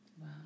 Wow